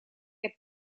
heb